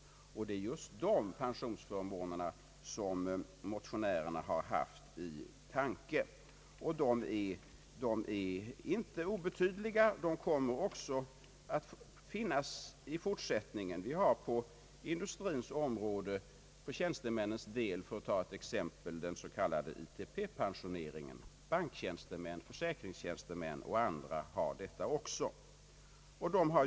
Det är just dessa pensionsförmåner som motionärerna har haft i åtanke, och dessa förmåner är inte obetydliga. De kommer också att finnas i fortsättningen. På industri ens område finns exempelvis för tjänstemännens del den s, k. ITP-pensioneringen, och banktjänstemän, försäkringstjänstemän och andra har också en sådan pensionering.